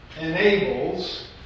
enables